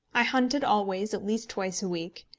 i hunted always at least twice a week.